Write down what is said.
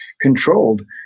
controlled